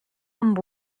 amb